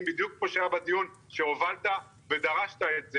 בדיוק כמו שהיה בדיון שהובלת ודרשת את זה.